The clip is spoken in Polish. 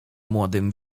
młodym